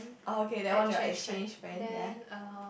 oh okay that one your exchange friend ya